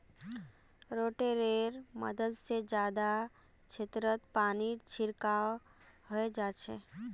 रोटेटरैर मदद से जादा क्षेत्रत पानीर छिड़काव हैंय जाच्छे